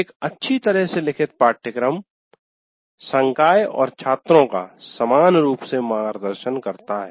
एक अच्छी तरह से लिखित पाठ्यक्रम शिक्षक और छात्रों का समान रूप से मार्गदर्शन करता है